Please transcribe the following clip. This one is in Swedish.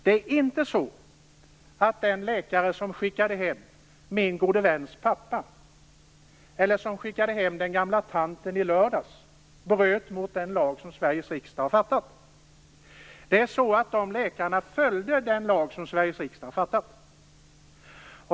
Det är inte så att den läkare som skickade hem min gode väns pappa eller den läkare som skickade hem den gamla tanten i lördags bröt mot den lag som Sveriges riksdag har fattat. Det är så att de läkarna följde den lag som Sveriges riksdag har fattat.